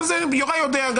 אבל יוראי יודע,